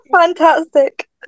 Fantastic